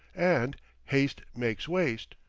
and haste makes waste.